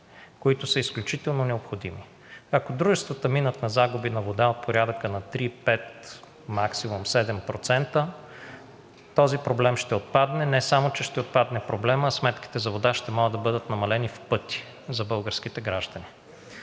които са изключително необходими. Ако дружествата минат на загуби на вода от порядъка на 3, 5, максимум 7%, този проблем ще отпадне. Не само че ще отпадне проблемът, а сметките за вода ще могат да бъдат намалени в пъти за българските граждани.